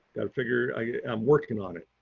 gotta figure i am working on it,